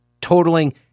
totaling